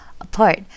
apart